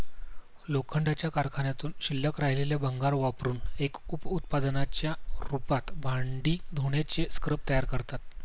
लोखंडाच्या कारखान्यातून शिल्लक राहिलेले भंगार वापरुन एक उप उत्पादनाच्या रूपात भांडी धुण्याचे स्क्रब तयार करतात